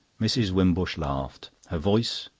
mrs. wimbush laughed. her voice,